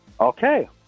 Okay